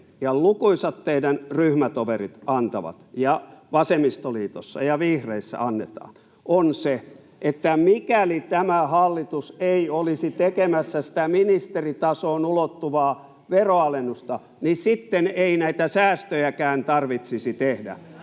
ja lukuisat teidän ryhmätoverinne antavat ja vasemmistoliitossa ja vihreissä annetaan, on se, että mikäli tämä hallitus ei olisi tekemässä sitä ministeritasoon ulottuvaa veronalennusta, niin sitten ei näitä säästöjäkään tarvitsisi tehdä.